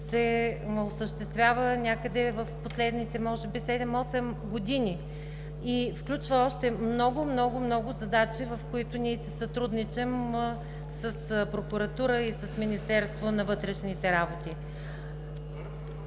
се осъществява някъде в последните може би 7-8 години и включва още много, много, много задачи, в които ние си сътрудничим с прокуратурата и с Министерството на вътрешните работи.